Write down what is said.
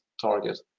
target